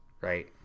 right